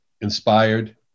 inspired